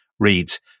reads